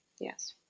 Yes